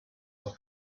was